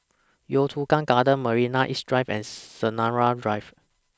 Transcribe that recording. Yio Chu Kang Gardens Marina East Drive and Sinaran Drive